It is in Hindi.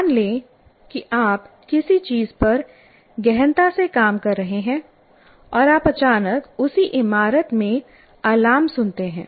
मान लें कि आप किसी चीज़ पर गहनता से काम कर रहे हैं और आप अचानक उसी इमारत में अलार्म सुनते हैं